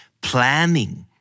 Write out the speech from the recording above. Planning